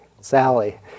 Sally